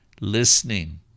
listening